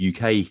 UK